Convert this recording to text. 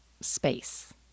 space